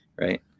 right